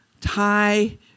Thai